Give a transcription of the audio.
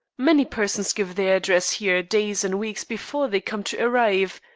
many persons give their address here days and weeks before they come to arrive.